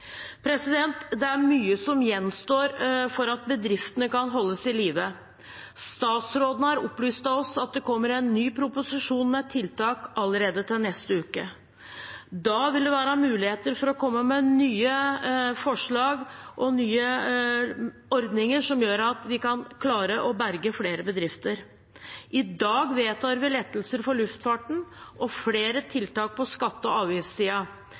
misbruk. Det er mye som gjenstår for at bedriftene kan holdes i live. Statsrådene har opplyst til oss at det kommer en ny proposisjon med tiltak allerede til neste uke. Da vil det være muligheter for å komme med nye forslag og nye ordninger som gjør at vi kan klare å berge flere bedrifter. I dag vedtar vi lettelser for luftfarten og flere tiltak på skatte- og